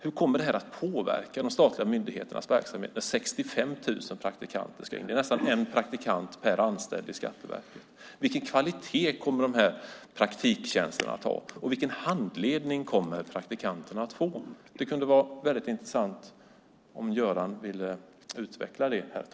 Hur kommer det att påverka de statliga myndigheternas verksamhet när 65 000 praktikanter ska in? I Skatteverket är det nästan en praktikant per anställd. Vilken kvalitet kommer praktiktjänsterna att ha? Vilken handledning kommer praktikanterna att få? Det vore intressant om Göran ville utveckla det.